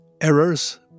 errors